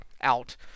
out